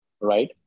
right